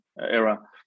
era